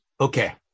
Okay